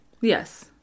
yes